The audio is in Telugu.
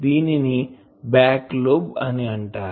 దీనిని బ్యాక్ లోబ్ అని అంటారు